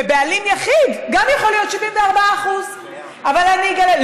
וגם בעלים יחיד יכול להיות 74%. אבל, קיים.